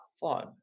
fun